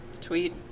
Tweet